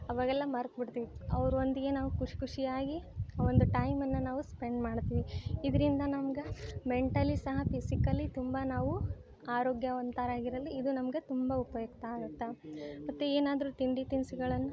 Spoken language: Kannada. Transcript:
ಆವಾಗೆಲ್ಲ ಮರ್ತು ಬಿಡ್ತೀವಿ ಅವರೊಂದಿಗೆ ನಾವು ಖುಷಿ ಖುಷಿಯಾಗಿ ಆ ಒಂದು ಟೈಮನ್ನು ನಾವು ಸ್ಪೆಂಡ್ ಮಾಡ್ತೀವಿ ಇದರಿಂದ ನಮ್ಗೆ ಮೆಂಟಲಿ ಸಹ ಫಿಝಿಕಲಿ ತುಂಬ ನಾವು ಆರೋಗ್ಯವಂತರಾಗಿರಲು ಇದು ನಮ್ಗೆ ತುಂಬ ಉಪಯುಕ್ತ ಆಗುತ್ತೆ ಮತ್ತು ಏನಾದರೂ ತಿಂಡಿ ತಿನಿಸುಗಳನ್ನ